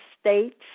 states